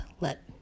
let